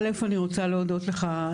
א' אני רוצה להודות לך,